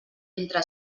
entre